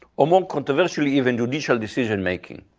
or more controversially, even, judicial decision-making?